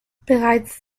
bereits